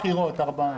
אין.